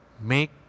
make